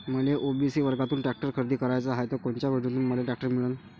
मले ओ.बी.सी वर्गातून टॅक्टर खरेदी कराचा हाये त कोनच्या योजनेतून मले टॅक्टर मिळन?